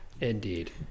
Indeed